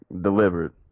delivered